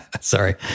Sorry